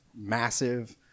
massive